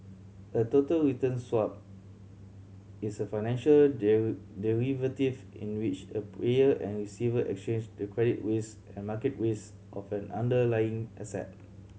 a total return swap is a financial derivative in which a payer and receiver exchange the credit risk and market risk of an underlying asset